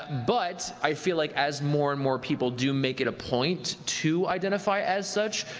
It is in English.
but but i feel like as more and more people do make it a point to identify as such,